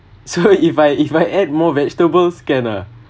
so if I if I add more vegetables can ah